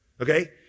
Okay